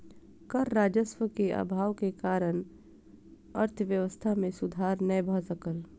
कर राजस्व के अभाव के कारण अर्थव्यवस्था मे सुधार नै भ सकल